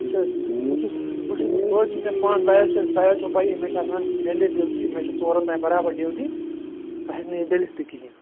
وُچھ حظ بہٕ چھُس بہٕ چھُس بہٕ حظ چھُس وُنکیٚس پانہٕ تۄہہِ حظ چھَو تۄہہِ حظ چھَو پَیی مےٚ چھِ آسان گٔنٛڈِتھ ڈِیوٹی مےٚ چھِ ژورَن تانۍ برابر ڈِیوٹی بہٕ ہیٚکہٕ نہٕ ییٚتہِ ڈٔلِتھ تہِ کِہِیٖنٛۍ